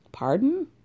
pardon